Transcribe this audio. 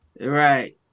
Right